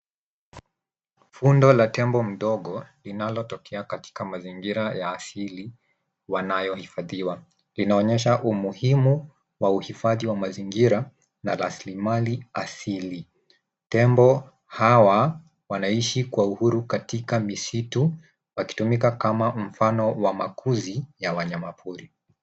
Fundo la Tembo mdogo linalotokea katika mazingira ya asili wanayohifadhiwa linaonyesha umuhimu wa uhifadhi wamazingira na rasilimali asili. Tembo hawa wanaishi kwa uhuru katika misutu wakitumika kama mfano wa makuzi ya wanyama pori.